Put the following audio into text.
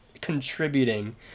contributing